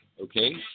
okay